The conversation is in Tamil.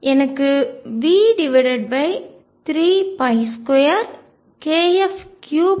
எனக்கு V32kF3 கிடைக்கிறது